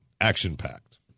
Action-packed